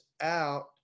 out